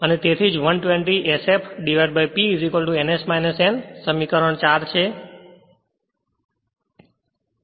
અને તેથી જ 120 sf P ns n સમીકરણ 4 છે